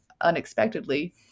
unexpectedly